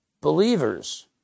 believers